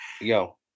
Yo